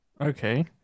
Okay